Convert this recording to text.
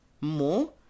more